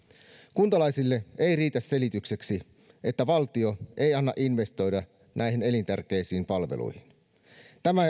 kuntalaisille ei riitä selitykseksi että valtio ei anna investoida näihin elintärkeisiin palveluihin tämä